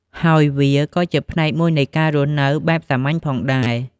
ហើយវាក៏ជាផ្នែកមួយនៃការរស់នៅបែបសាមញ្ញផងដែរ។